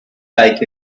like